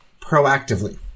proactively